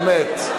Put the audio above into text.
באמת.